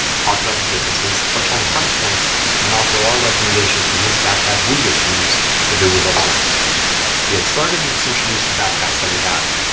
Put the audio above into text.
talk about the differences, touch on the price points and offer our recommendation for which backpack we would choose if it was up to us. to get us started, let's introduce the backpacks that we have.